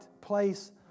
place